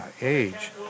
age